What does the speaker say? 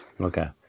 okay